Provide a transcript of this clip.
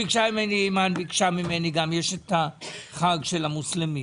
אימאן ביקשה ממני גם, יש את החג של המוסלמים